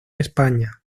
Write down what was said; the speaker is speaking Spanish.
españa